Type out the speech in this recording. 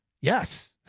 Yes